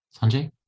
Sanjay